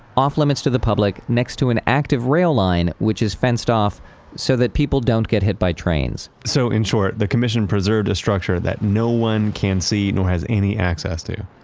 off limits to the public, next to an active rail line, which is fenced off so that people don't get hit by trains. so in short, the commission preserved a structure that no one can see nor has any access to?